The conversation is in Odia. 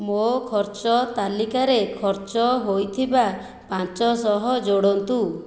ମୋ ଖର୍ଚ୍ଚ ତାଲିକାରେ ଖର୍ଚ୍ଚ ହୋଇଥିବା ପାଞ୍ଚଶହ ଯୋଡ଼ନ୍ତୁ